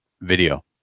video